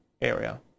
area